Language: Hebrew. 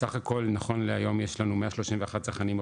סך הכל נכון להיום יש לנו 131 צרכנים מחוברים.